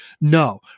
No